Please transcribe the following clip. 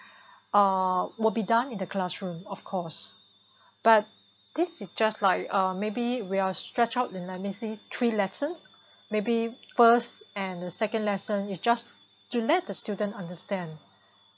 ah will be done in the classroom of course but this is just like uh maybe we are stretch out in let me see three lessons maybe first and second lesson you it's just to let the student understand